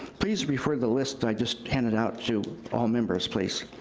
please refer the list i just handed out to all members, please.